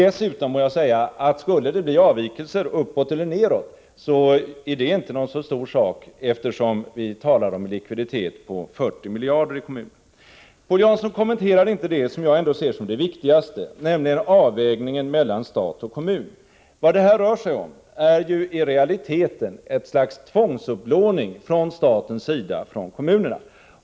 Dessutom må jag säga att skulle det bli avvikelser uppåt eller nedåt, är det inte någon stor sak, eftersom det talas om en likviditet på 40 miljarder i kommunerna. Paul Jansson kommenterade inte det som jag ändå ser som det viktigaste, nämligen avvägningen mellan stat och kommun. Vad det här rör sig om är ju i realiteten ett slags tvångsupplåning från statens sida från kommunerna.